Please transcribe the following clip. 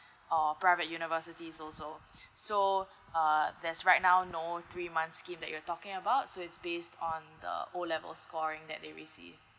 or private universities also so uh that's right now no three months scheme that you're talking about so it's based on the O level scoring that they received